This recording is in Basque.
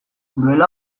duela